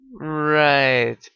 Right